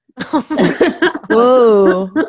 whoa